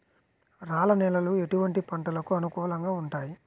రాళ్ల నేలలు ఎటువంటి పంటలకు అనుకూలంగా ఉంటాయి?